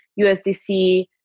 USDC